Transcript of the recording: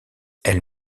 elle